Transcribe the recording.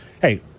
hey